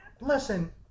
listen